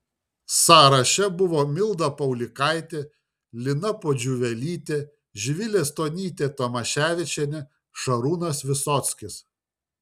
sąraše buvo milda paulikaitė lina pudžiuvelytė živilė stonytė tamaševičienė šarūnas visockis